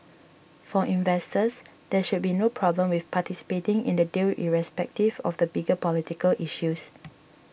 for investors there should be no problem with participating in the deal irrespective of the bigger political issues